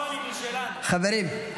חברים.